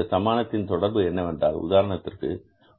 இந்த சமானத்தின் தொடர்பு என்னவென்றால் உதாரணத்திற்கு